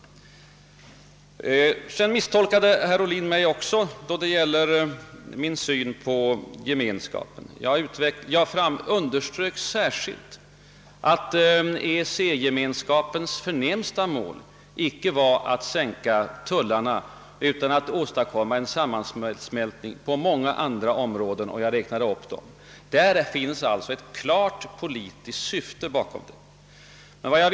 Herr Ohlin misstolkade mig också då det gäller min syn på Gemenskapen. Jag underströk särskilt att Gemenskapens förnämsta mål inte var att sänka tullarna, utan att åstadkomma en sammansmältning på många andra områden, som jag också räknade upp. Att där bakom ligger ett klart politiskt syfte är alltså obestridligt.